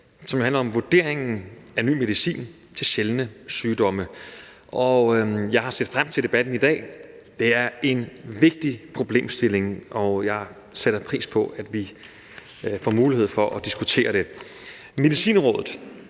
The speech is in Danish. som handler om vurderingen af ny medicin til sjældne sygdomme. Jeg har set frem til debatten i dag – det er en vigtig problemstilling, og jeg sætter pris på, at vi får mulighed for at diskutere det. Medicinrådet,